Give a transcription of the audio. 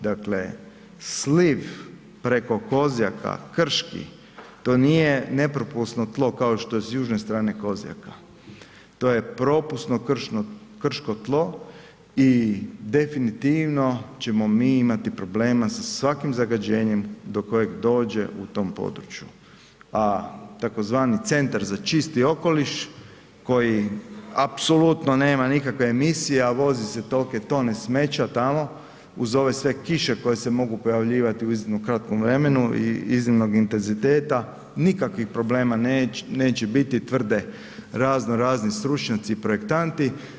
Dakle, sliv preko Kozjaka, krški, to nije nepropusno tlo kao što je s južne strane Kozjaka, to je propusno krško tlo i definitivno ćemo mi imati problema sa svakim zagađenjem do kojeg dođe u tom području, a tzv. centar za čisti okoliš koji apsolutno nema nikakve emisija, a voze se tolike tone smeća tamo uz ove sve kiše koje se mogu pojavljivati u iznimno kratkom vremenu i iznimnog intenziteta, nikakvih problema neće biti, tvrde razno razni stručnjaci i projektanti.